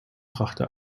brachte